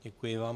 Děkuji vám.